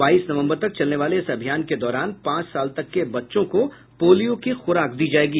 बाईस नवम्बर तक चलने वाले इस अभियान के दौरान पांच साल तक के बच्चों को पोलियो की खूराक दी जाएगी